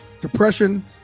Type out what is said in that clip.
Depression